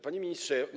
Panie Ministrze!